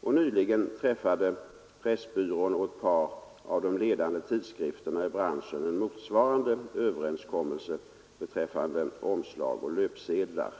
Nyligen träffade Pressbyrån och ett par av de ledande tidskrifterna i branschen en motsvarande överenskommelse beträffande omslag och löpsedlar.